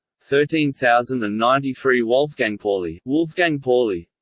thirteen thousand and ninety three wolfgangpauli wolfgangpauli